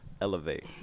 elevate